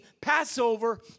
Passover